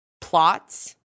plots